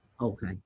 Okay